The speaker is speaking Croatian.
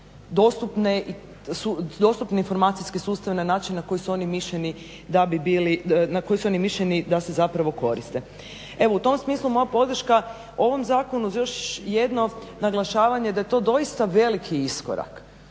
su oni mišljeni da bi bili, na koji su oni mišljeni da se zapravo koriste. Evo u tom smislu moja podrška ovom zakonu uz još jedno naglašavanje da je to doista veliki iskorak.